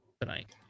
tonight